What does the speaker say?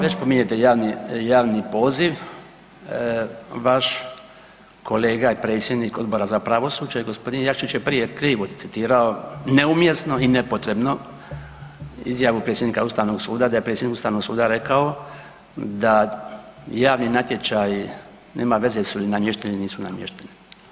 Kad već pominjete javni poziv, vaš kolega je predsjednik Odbora za pravosuđe, gospodin Jakšić je prije krivo citirao neumjesno i nepotrebno izjavu predsjednika Ustavnog suda, da je predsjednik Ustavnog suda rekao da javni natječaj nema veze jesu li namješteni ili nisu namješteni.